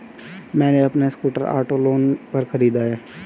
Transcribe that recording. मैने अपना scooter auto loan पर खरीदा है